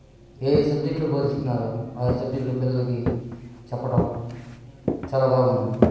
ఏఏ సబ్జెక్ట్లు బోధిస్తున్నారో ఆయా సబ్జెక్ట్లు పిల్లలకి చెప్పటం చాలా బాగుందండి